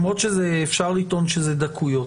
למרות שאפשר לטעון שזה דקויות,